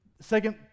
second